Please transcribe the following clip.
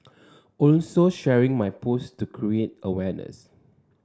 also sharing my post to create awareness